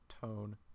tone